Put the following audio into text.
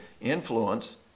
influence